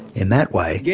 in that way, yeah